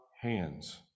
hands